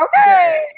Okay